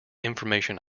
information